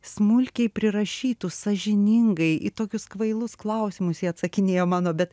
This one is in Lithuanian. smulkiai prirašytų sąžiningai į tokius kvailus klausimus ji atsakinėjo mano bet